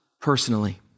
personally